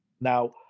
Now